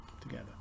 together